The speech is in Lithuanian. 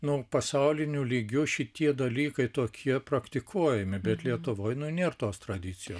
nu pasauliniu lygiu šitie dalykai tokie praktikuojami bet lietuvoje nu nėr tos tradicijos